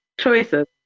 Choices